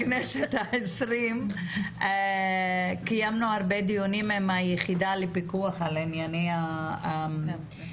בכנסת ה-20 קיימנו הרבה דיונים עם היחידה לפיקוח על ענייני התעסוקה,